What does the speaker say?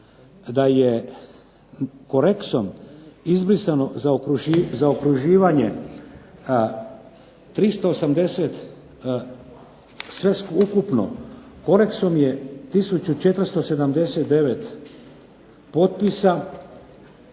da je koreksom izbrisano zaokruživanje 380, sve ukupno koreksom je 1479 potpisa